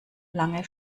lange